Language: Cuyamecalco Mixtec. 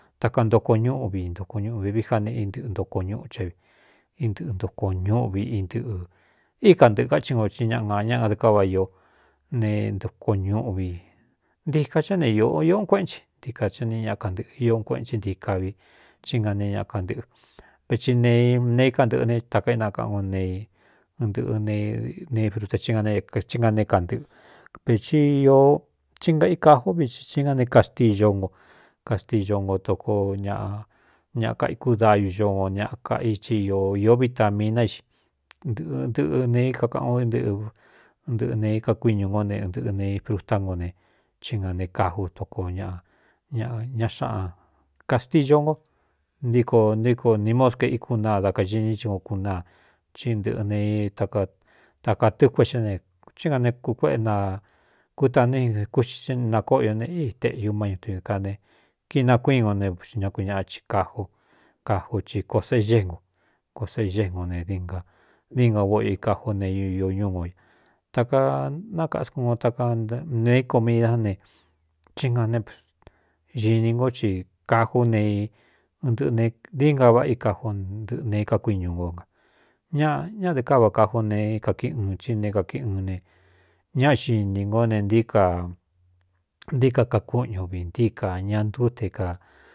Takaꞌantoko ñúꞌvi i ntoku ñuꞌvi vií já ne intɨꞌɨ ntoko ñuꞌche i ntɨꞌɨ ntoko ñuꞌvi intɨꞌɨ̄ í kantɨꞌɨ̄ ká ci nko i ñaꞌ añaꞌadɨɨ ká va ió ne ntoko ñuꞌvi ntika xá ne īo i un kuéꞌen chi ntiíka á ne ñakantɨ̄ꞌɨ i u kueꞌenchɨ nti ka vi í nga ne ñakantɨꞌɨ veti nee nee íkantɨ̄ꞌɨ ne taka ínakaꞌán o ne nɨꞌɨ nei pruta í nga né kantɨꞌɨ̄ vēti īo thí nga i kaj ú vit í nga ne kaxtíyo no kastiyo nko toko ñaꞌa ñaꞌ kaikúdayucoo ña kaꞌa ii īó vi ta mii na i xi nɨꞌɨ ntɨꞌɨ nee í kakaꞌan o nɨꞌɨ ntɨꞌɨ nee i kakuíñū ngó ne ntɨꞌɨ nei prutá ngo ne í nga ne kaju toko ñꞌa ñaꞌ ña xaꞌan kastiyo nko ntiko ntíko nī moscue íkú naa da kaxiní i i nko kunaa í ntɨꞌɨ ne i taka tɨkue xá ne í nga nekukuéꞌe na kuta ne kuxi nakóꞌ io ne í teꞌyu máñu tuniika ne kinakuín go neña kui ñaꞌa chi kaju kaju ci kō seégé ngo ko seegé ngo ne dinga vóꞌo i kajú neīō ñú no ña taka nakaskun no takaɨ ne íko miidá ne í ga ne xini nko ti kājú nee nɨꞌɨe dií nga váꞌa í kajú ntɨꞌɨ nee i kakuíñū nko na ñaꞌ ñáꞌde káva kajú neei kākíꞌ uɨn í ne kākiꞌ un ne ñá xinī ngó ne ntíí ka ntíka kakúꞌñu vi ntí kā ña ntú te kāa.